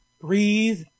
breathe